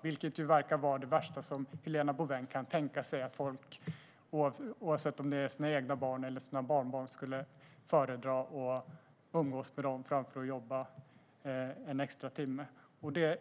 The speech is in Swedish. Och det verkar vara det värsta som Helena Bouveng kan tänka sig - att folk skulle föredra att umgås med sina egna barn eller barnbarn framför att jobba en extra timme.